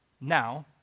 Now